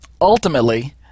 Ultimately